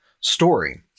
story